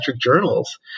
journals